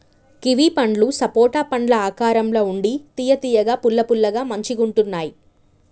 kiwi పండ్లు సపోటా పండ్ల ఆకారం ల ఉండి తియ్య తియ్యగా పుల్ల పుల్లగా మంచిగుంటున్నాయ్